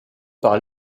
par